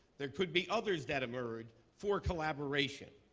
there could be others that emerge for collaboration.